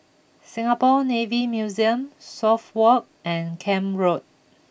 Singapore Navy Museum Suffolk Walk and Camp Road